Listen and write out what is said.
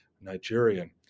Nigerian